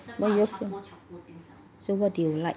so what do you like